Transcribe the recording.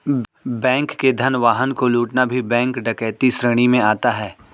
bank के धन वाहन को लूटना भी बैंक डकैती श्रेणी में आता है